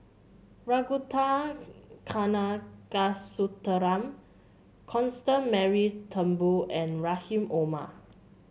Ragunathar Kanagasuntheram Constance Mary Turnbull and Rahim Omar